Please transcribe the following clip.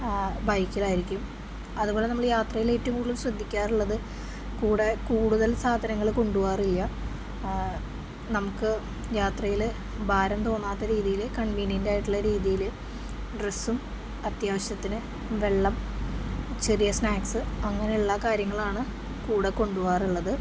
ബൈക്കിലായിരിക്കും അതുപോലെ നമ്മള് യാത്രയില് ഏറ്റവും കൂടുതൽ ശ്രദ്ധിക്കാറുള്ളത് കൂടെ കൂടുതൽ സാധനങ്ങള് കൊണ്ടുപോകാറില്ല നമുക്ക് യാത്രയില് ഭാരം തോന്നാത്ത രീതിയില് കൺവീനിയൻറ്റ് ആയിട്ടുള്ള രീതിയില് ഡ്രസ്സും അത്യാവശ്യത്തിന് വെള്ളം ചെറിയ സ്നാക്സ് അങ്ങനെയുള്ള കാര്യങ്ങളാണ് കൂടെ കൊണ്ടുപോകാറുള്ളത്